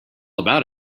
about